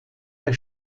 der